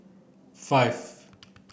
five